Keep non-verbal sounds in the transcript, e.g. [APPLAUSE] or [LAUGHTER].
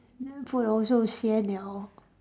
[NOISE] food also sian [liao]